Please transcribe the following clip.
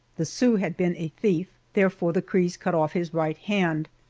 the sioux had been a thief, therefore the crees cut off his right hand,